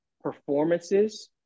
performances